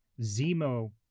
Zemo